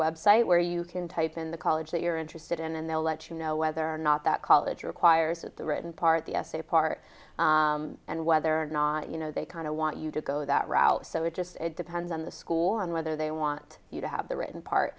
web site where you can type in the college that you're interested in and they'll let you know whether or not that college requires it the written part the essay part and whether or not you know they kind of want you to go that route so it just depends on the school and whether they want you to have the written